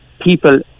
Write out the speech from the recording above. people